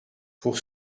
pour